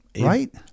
right